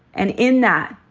and in that,